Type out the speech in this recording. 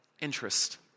interest